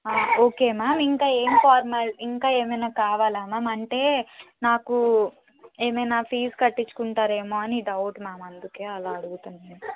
ఆ okay ma'am ఇంకా ఏం ఫార్మా ఇంకా ఏమైనా కావాలా మామ్ అంటే నాకు ఏమైనా ఫీజ్ కట్టించుకుంటారేమో అని డౌట్ మామ్ అందుకే అలా అడుగుతున్నాను